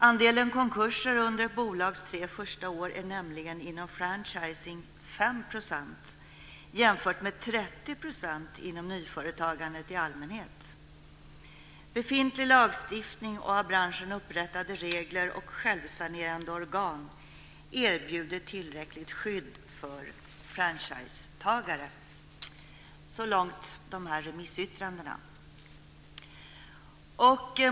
Andelen konkurser under ett bolags tre första år är nämligen inom franchising 5 % jämfört med 30 % inom nyföretagande i allmänhet. Befintlig lagstiftning och av branschen upprättade regler och självsanerande organ erbjuder tillräckligt skydd för franchisetagare. Så långt remissyttrandena.